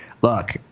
Look